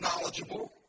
knowledgeable